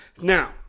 Now